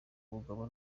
umugabo